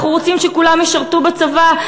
אנחנו רוצים שכולם ישרתו בצבא,